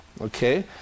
Okay